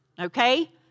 okay